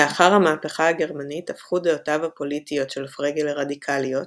לאחר המהפכה הגרמנית הפכו דעותיו הפוליטיות של פרגה לרדיקליות,